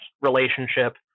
relationship